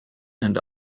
and